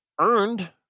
earned